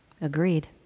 Agreed